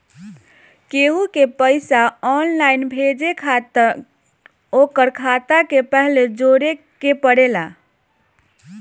केहू के पईसा ऑनलाइन भेजे खातिर ओकर खाता के पहिले जोड़े के पड़ेला